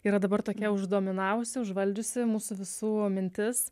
yra dabar tokia už dominavusi užvaldžiusi mūsų visų mintis